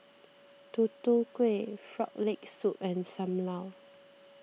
Tutu Kueh Frog Leg Soup and Sam Lau